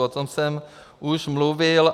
O tom jsem už mluvil.